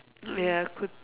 ya could